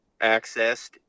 accessed